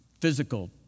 physical